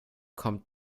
kommt